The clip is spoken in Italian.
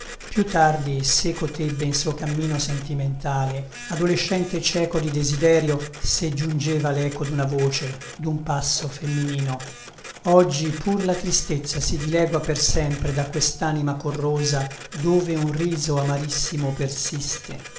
più tardi seco tebbe in suo cammino sentimentale adolescente cieco di desiderio se giungeva leco duna voce dun passo femminino oggi pur la tristezza si dilegua per sempre da questanima corrosa dove un riso amarissimo persiste